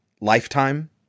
Lifetime